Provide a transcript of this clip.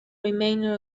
remainder